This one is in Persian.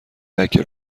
لکه